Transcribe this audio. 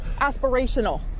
aspirational